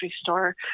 store